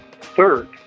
Third